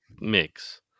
mix